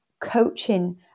coaching